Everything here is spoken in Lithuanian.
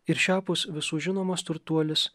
ir šiapus visų žinomas turtuolis